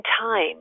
time